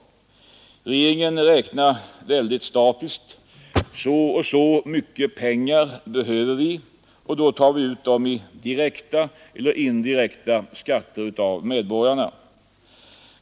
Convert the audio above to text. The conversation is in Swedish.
Regeringen räknar väldigt statiskt: så och så mycket pengar behöver vi, och då tar vi ut dem i direkta eller indirekta skatter av medborgarna.